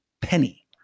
penny